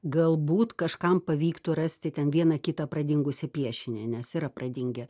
galbūt kažkam pavyktų rasti ten vieną kitą pradingusį piešinį nes yra pradingę